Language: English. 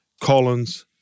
Collins –